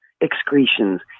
excretions